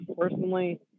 personally